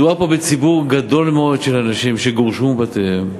מדובר פה בציבור גדול מאוד של אנשים שגורשו מבתיהם,